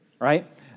right